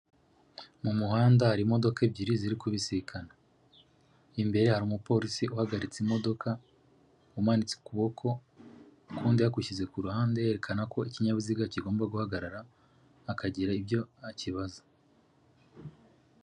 Mu muhanda hari imodoka ebyiri ziri kubisikana, imbere hari umupolisi uhagaritse imodoka, umanitse ukuboko, ukundi yagushyize ku ruhande yerekana ko ikinyabiziga kigomba guhagarara akagira ibyo akibaza.